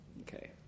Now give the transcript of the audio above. Okay